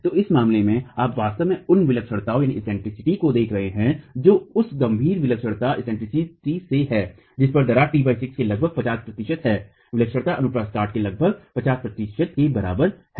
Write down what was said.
तो इस मामले में आप वास्तव में उन विलक्षणताओं को देख रहे हैं जो उस गंभीर विलक्षणता से हैं जिस पर दरार t 6 से लगभग 50 प्रतिशत है विलक्षणता अपुप्रस्थ काट के लगभग 50 प्रतिशत के बराबर है